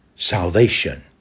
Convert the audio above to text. salvation